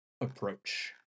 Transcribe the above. approach